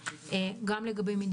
כמחצית מהם מארצות הברית,